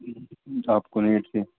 آپ کو نیڈ تھی